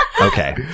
Okay